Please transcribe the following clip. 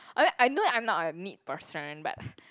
I mean I know I'm not a neat person but